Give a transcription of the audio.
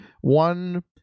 one